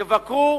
יבקרו,